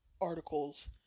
articles